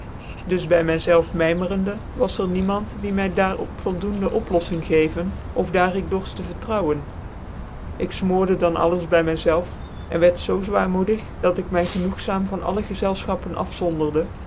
dus by mv zclven invmcrende was er niemand die my daar op voldoende oplofïing geven of daar ik dorft te vertrouwen ik fmoorde dan alles by my zclven en wierd zoo zwaarmoedig dat ik my genoegzaam van alle gezelfchnppcn afzonderde